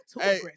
hey